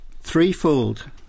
Threefold